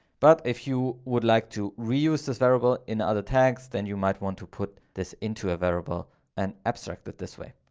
but if you would like to reuse this variable in other tags, then you might want to put this into a variable and abstract that this way.